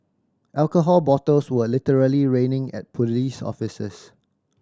alcohol bottles were literally raining at police officers